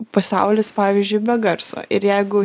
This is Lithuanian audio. pasaulis pavyzdžiui be garso ir jeigu